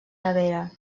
nevera